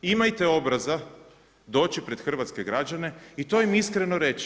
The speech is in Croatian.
Imajte obraza doći pred hrvatske građane i to im iskreno reći.